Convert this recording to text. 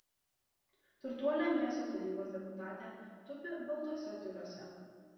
turtuolė miesto tarybos deputatė tupi baltuose tiuliuose